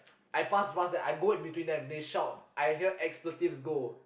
I pass fast then I go in between them they shout I hear expletives go